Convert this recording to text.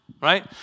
right